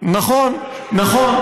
נכון, נכון.